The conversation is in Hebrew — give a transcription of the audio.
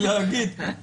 אנחנו נעשה את הניתוח הזה.